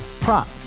prop